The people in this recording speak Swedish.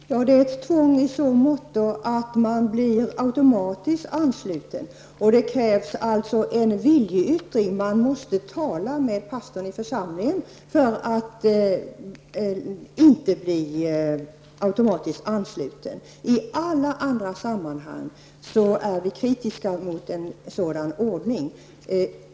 Herr talman! Det är ett tvång i så måtto att man automatiskt blir ansluten och att det krävs en viljeyttring. Man måste tala med pastorn i församlingen för att inte bli automatiskt ansluten. I alla andra sammanhang är vi kritiska mot en sådan ordning.